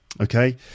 Okay